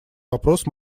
вопрос